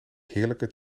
heerlijke